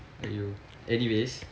!aiyo! anyways